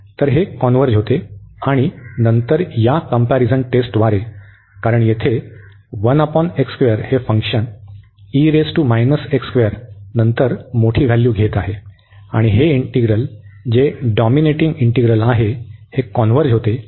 तर हे कन्व्हर्ज होते आणि नंतर या कंम्पॅरिझन टेस्टद्वारे कारण येथेहे फंक्शन नंतर मोठे व्हॅल्यू घेत आहे आणि हे इंटीग्रल जे डॉमिनेटिंग इंटीग्रल आहे हे कॉन्व्हर्ज होते